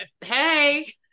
hey